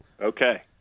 Okay